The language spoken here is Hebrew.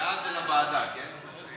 בעד, זה לוועדה, כן?